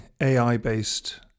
AI-based